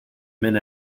mint